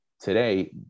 today